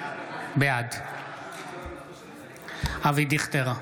בעד אבי דיכטר,